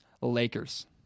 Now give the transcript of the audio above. Lakers